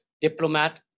diplomat